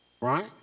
right